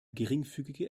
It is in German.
geringfügige